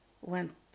went